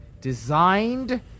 designed